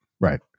right